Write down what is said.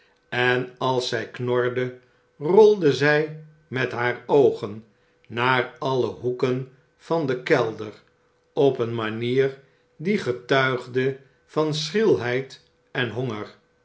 en als zij knorde rolde zij met haar oogen naar alle hoeken van den kelder op een manier die getuigde van schrieiheidenhonger